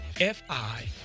F-I